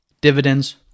dividends